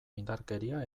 indarkeria